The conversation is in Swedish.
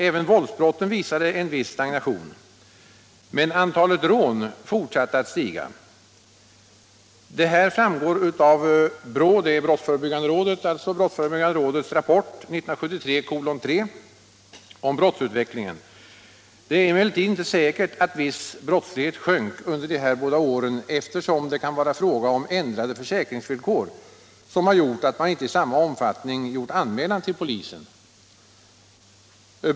Även våldsbrotten visade en viss stagnation, medan antalet rån fortsatte att stiga. Det här framgår av brottsförebyggande rådets — BRÅ — rapport 1976:3 om brottsutvecklingen. Det är emellertid inte säkert att viss brottslighet sjönk under de här båda åren, eftersom ändrade försäkringsvillkor kan ha medfört att man inte i samma omfattning som tidigare har gjort anmälan till polisen.